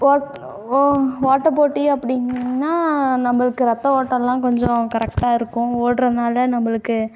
ஒ ஓ ஓட்டப்போட்டி அப்படின்னா நம்மளுக்கு ரத்த ஓட்டம்லாம் கொஞ்சம் கரெக்டாக இருக்கும் ஓடுறனால நம்மளுக்கு